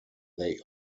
they